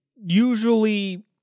usually